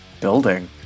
building